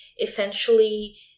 essentially